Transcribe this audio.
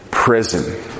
prison